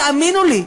תאמינו לי,